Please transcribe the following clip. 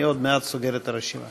אני עוד מעט סוגר את הרשימה.